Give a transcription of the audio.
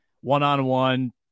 one-on-one